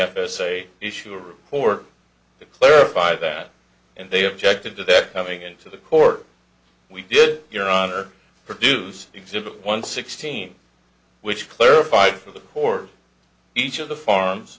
a issue a report that clarified that and they objected to that coming into the court we did your honor produce exhibit one sixteen which clarified for the for each of the farms